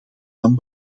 van